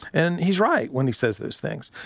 and he's right when he says those things.